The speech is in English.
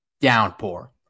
downpour